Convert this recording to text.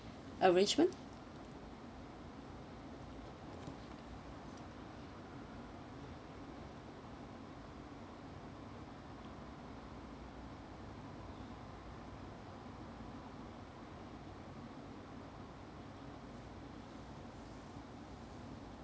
arrangement